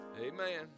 Amen